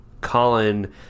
colin